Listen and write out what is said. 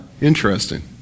interesting